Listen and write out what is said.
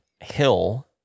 Hill